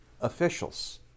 officials